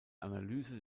analyse